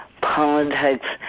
politics